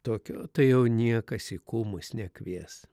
tokio tai jau niekas į kūmus nekvies